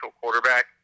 quarterback